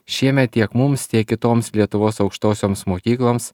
šiemet tiek mums tiek kitoms lietuvos aukštosioms mokykloms